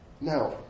Now